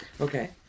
Okay